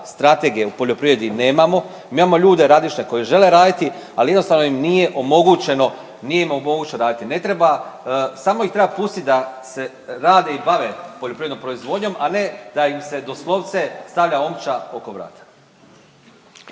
strategije u poljoprivredi nemamo, mi imamo ljude radišne koji žele raditi ali jednostavno im nije omogućeno, nije im omogućeno raditi. Ne treba, smo ih treba pustiti da se rade i bave poljoprivrednom proizvodnjom, a ne da im se doslovce stavlja omča oko vrata.